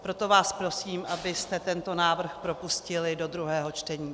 Proto vás prosím, abyste tento návrh propustili do druhého čtení.